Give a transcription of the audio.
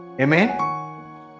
Amen